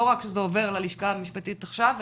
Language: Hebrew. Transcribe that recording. לא רק שזה עובר ללשכה המשפטית עכשיו,